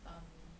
um